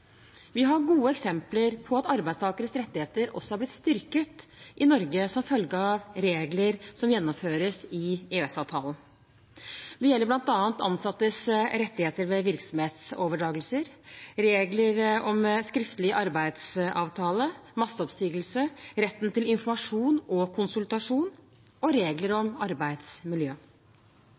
Vi har gode eksempler på at arbeidstakeres rettigheter også er blitt styrket i Norge som følge av regler som gjennomføres i EØS-avtalen. Det gjelder bl.a. ansattes rettigheter ved virksomhetsoverdragelser, regler om skriftlig arbeidsavtale, masseoppsigelser, retten til informasjon og konsultasjon og regler om arbeidsmiljø.